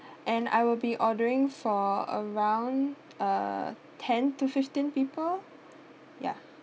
and I will be ordering for around uh ten to fifteen people ya